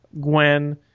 Gwen